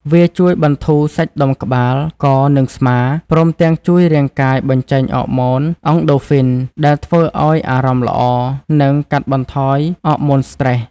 វាជួយបន្ធូរសាច់ដុំក្បាល ក និងស្មា ព្រមទាំងជួយរាងកាយបញ្ចេញអ័រម៉ូន អង់ដូហ្វ៊ីន (Endorphins) ដែលធ្វើឲ្យអារម្មណ៍ល្អ និងកាត់បន្ថយអ័រម៉ូនស្ត្រេស។